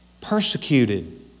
Persecuted